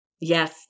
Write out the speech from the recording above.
Yes